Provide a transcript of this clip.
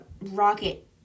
rocket